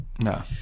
No